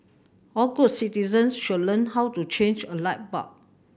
all good citizens should learn how to change a light bulb